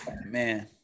Man